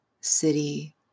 city